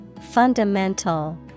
Fundamental